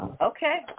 Okay